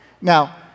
now